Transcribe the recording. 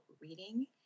reading